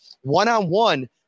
one-on-one